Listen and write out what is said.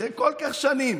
אחרי כל כך הרבה שנים